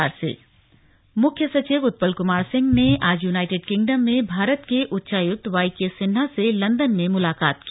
मुलाकात मुख्य सचिव उत्पल कुमार सिंह ने आज यूनाइटेड किंगडम में भारत के उच्चायुक्त वाईके सिन्हा से लेदन में मुलाकात की